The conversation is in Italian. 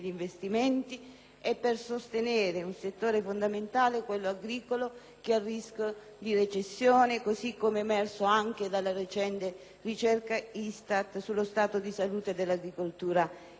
e per sostenere un settore fondamentale, quello agricolo, che è a rischio di recessione, come è emerso anche dalla recente ricerca ISTAT sullo stato di salute dell'agricoltura italiana.